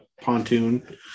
pontoon